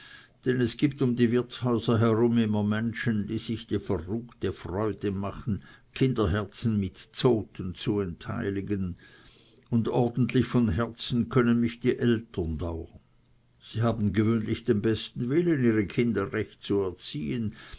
denn es gibt um die wirtshäuser herum immer menschen die sich die verruchte freude machen kinderherzen mit zoten zu entheiligen und von herzen können mich die eltern dauern sie haben gewöhnlich den besten willen ihre kinder recht zu erziehen